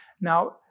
Now